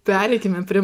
pereikime prie